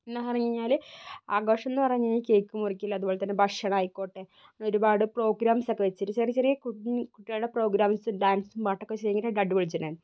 പിന്നേന്ന് പറഞ്ഞ് കഴിഞ്ഞാല് ആഘോഷമെന്ന് പറഞ്ഞു കഴിഞ്ഞാല് കേയ്ക്ക് മുറിക്കല് അതുപോലെ തന്നെ ഭക്ഷണം ആയിക്കോട്ടെ അങ്ങനെ ഒരുപാട് പ്രോഗ്രാംസൊക്കെ വെച്ചിട്ട് ചെറിയ ചെറിയ കുഞ്ഞി കുട്ടികളുടെ പ്രോഗ്രാംസ് ഡാൻസും പാട്ടൊക്കെ വെച്ചിട്ട് അടിച്ച്പൊളിച്ചിരുന്നു